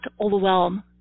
overwhelm